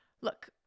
look